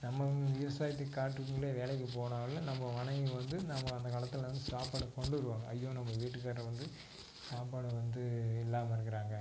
நம்ம விவசாயத்துக்கு காட்டுக்குள்ளேயே வேலைக்குப் போனாலும் நம்ம மனைவி வந்து நம்ம அந்தக் காலத்தில் வந்து சாப்பாடு கொண்டு வருவாங்க ஐயோ நம்ம வீட்டுக்காரரு வந்து சாப்பாடு வந்து இல்லாமல் இருக்கிறாங்க